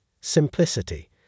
simplicity